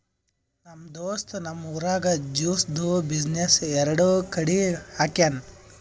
ನಮ್ ದೋಸ್ತ್ ನಮ್ ಊರಾಗ್ ಜ್ಯೂಸ್ದು ಬಿಸಿನ್ನೆಸ್ ಎರಡು ಕಡಿ ಹಾಕ್ಯಾನ್